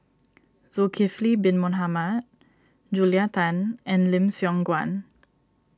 Zulkifli Bin Mohamed Julia Tan and Lim Siong Guan